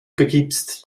begibst